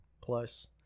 plus